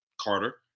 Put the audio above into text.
carter